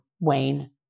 Wayne